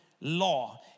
law